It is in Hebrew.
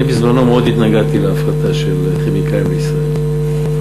אני בזמני מאוד התנגדתי להפרטה של "כימיקלים לישראל".